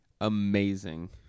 Amazing